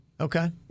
Okay